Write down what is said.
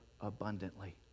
abundantly